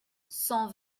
cent